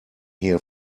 here